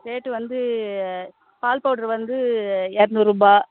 rate வந்து பால் powder வந்து இரநூறுபா